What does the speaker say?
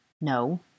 No